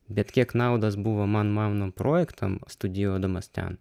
bet kiek naudos buvo man mano projektam studijuodamas ten